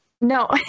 No